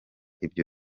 ibyo